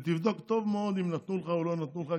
ותבדוק טוב מאוד אם נתנו לך או לא נתנו לך,